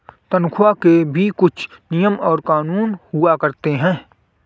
तन्ख्वाह के भी कुछ नियम और कानून हुआ करते हैं